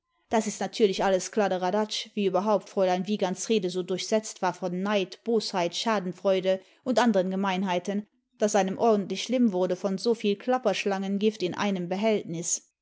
das ist natürlich alles kladderadatsch wie überhaupt fräulein wiegands rede so durchsetzt war von neid bosheit schadenfreude und anderen gemeinheiten daß einem ordentlich schlimm wurde von soviel klapperschlangengift in einem behältnis